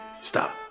Stop